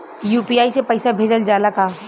UPI से पईसा भेजल जाला का?